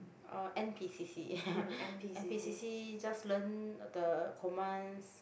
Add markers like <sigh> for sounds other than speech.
uh n_p_c_c <laughs> n_p_c_c just learn the commands